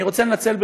אני רוצה לנצל,